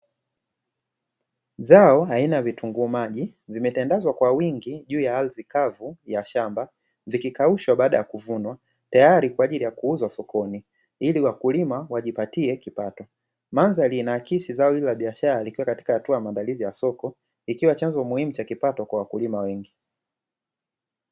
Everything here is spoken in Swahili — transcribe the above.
Zao aina ya vitunguu maji, vimetandazwa kwa wingi juu ya ardhi kavu ya shamba, zikikaushwa baada ya kuvunwa tayari kwa ajili ya kuuzwa sokoni, ili wakulima wajipatie kipato. Mandhari inaakisi zao hili la biashara likiwa katika hatua hii ya maandalizi ya soko ikiwa chanzo muhimu cha kipato kwa wakulima wengi.